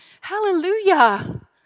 Hallelujah